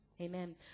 Amen